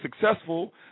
successful